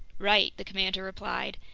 right, the commander replied.